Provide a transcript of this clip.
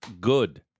Good